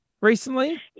recently